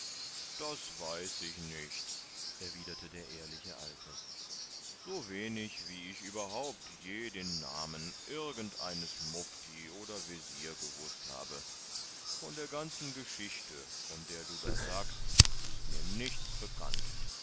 das weiß ich nicht erwiderte der ehrliche alte so wenig wie ich überhaupt je den namen irgend eines mufti oder wesir gewußt habe von der ganzen geschichte von der du da sagst ist mir nichts bekannt